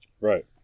Right